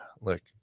look